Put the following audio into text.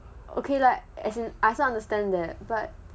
okay like as in I also understand that but